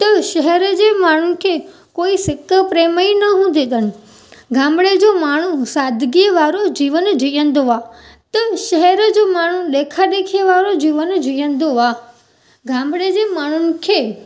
त शहर जे माण्हुनि खे कोई सिक प्रेम ई न हूंदी अथनि गामिड़े जो माण्हू सादगीअ वारो जीवन जीअंदो आहे त शहर जो माण्हू ॾेखा ॾेखीअ वारो जीवन जीअंदो आहे गामिड़े जे माण्हुनि खे